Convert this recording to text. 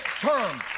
term